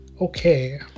okay